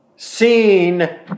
seen